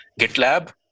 GitLab